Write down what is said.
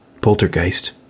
Poltergeist